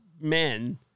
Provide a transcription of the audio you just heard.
men